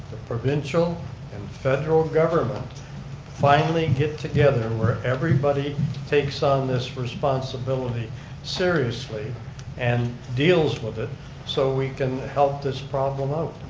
the provincial and federal government finally and get together and where everybody takes on this responsibility seriously and deals with it so we can help this problem out.